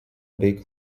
bei